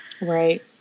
Right